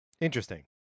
Interesting